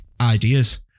ideas